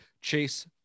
Chase